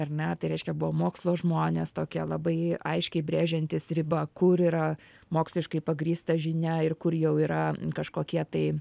ar ne tai reiškia buvo mokslo žmonės tokie labai aiškiai brėžiantys ribą kur yra moksliškai pagrįsta žinia ir kur jau yra kažkokie tai